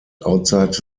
outside